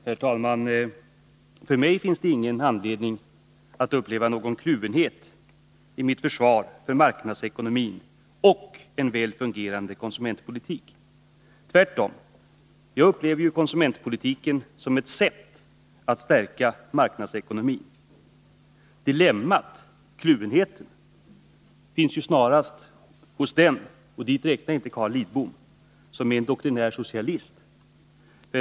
Herr talman! För mig finns det ingen anledning att uppleva någon kluvenhet i mitt försvar för marknadsekonomin och för en väl fungerande konsumentpolitik. Tvärtom! Jag upplever konsumentpolitiken som ett sätt att stärka marknadsekonomin. Dilemmat, kluvenheten, finns snarare hos dem — och dit räknar jag inte Carl Lidbom — som är doktrinära socialister.